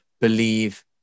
believe